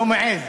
לא מעז.